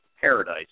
paradise